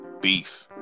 beef